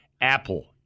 Apple